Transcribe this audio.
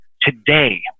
today